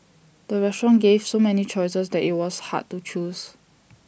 the restaurant gave so many choices that IT was hard to choose